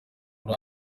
muri